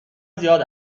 زیاد